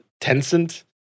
Tencent